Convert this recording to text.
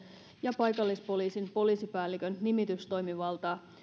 ja paikallispoliisin poliisipäällikön nimitystoimivaltaa